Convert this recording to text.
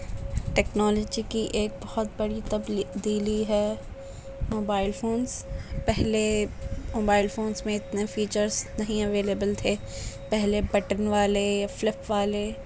technology کی ایک بہت بڑی تبدیلی ہے موبائل فونس پہلے موبائل فونس میں اتنے فیچرس نہیں اویلیبل تھے پہلے بٹن والے فلپ والے